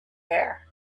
there